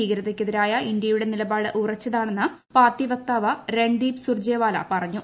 ഭീകരതയ്ക്കെതിരായ ഇന്ത്യയുടെ നിലപാട് ഉറച്ചതാണെന്ന് പാർട്ടി വക്താവ് രൺദീപ് സുർജെവാല പറഞ്ഞു